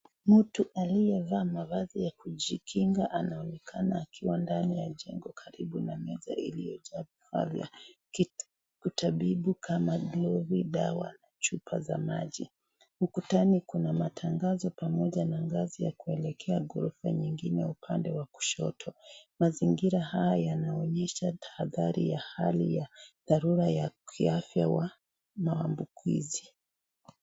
Mtu aliyevaa mavazi ya kujikinga anaonekana akiwa ndani ya jengo karibu na meja iliyojaa vifaa vya kitabibu kama gluvo, dawa na chupa za maji. Ukutani kuna matangazo pamoja na ngazi ya kuelekea ghorofa nyingine upande wa kushoto. Mazingira haya yanaonyesha tahadhari ya hali ya dharura ya kiafya wa maambukizi.